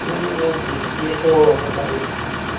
नहीं नहीं बस इसलिए तो हमेशा ए